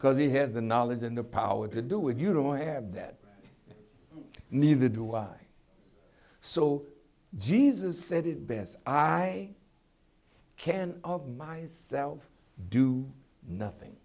because he has the knowledge and the power to do it you know i have that neither do i so jesus said it best i i can of myself do nothing